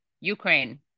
Ukraine